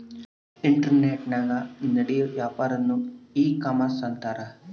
ಇಂಟರ್ನೆಟನಾಗ ನಡಿಯೋ ವ್ಯಾಪಾರನ್ನ ಈ ಕಾಮರ್ಷ ಅಂತಾರ